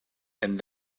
and